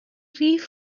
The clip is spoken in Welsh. rhif